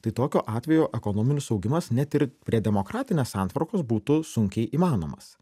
tai tokiu atveju ekonominis augimas net ir prie demokratinės santvarkos būtų sunkiai įmanomas